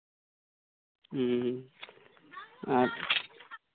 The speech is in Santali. ᱦᱮᱸ